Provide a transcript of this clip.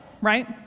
right